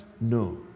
no